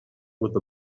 with